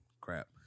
Crap